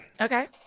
Okay